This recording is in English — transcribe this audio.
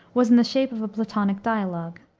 was in the shape of a platonic dialogue.